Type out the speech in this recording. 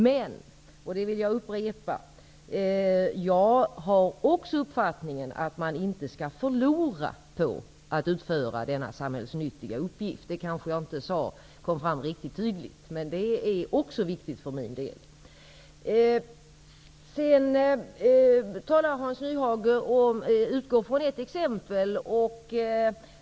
Sedan vill jag säga att jag också har den uppfattningen att man inte skall få förlora på att utföra denna samhällsnyttiga uppgift. Det kanske inte kom fram riktigt tydligt, men det är också viktigt för min del. Hans Nyhage utgår ifrån ett exempel.